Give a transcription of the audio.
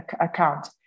account